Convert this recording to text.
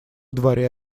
дворе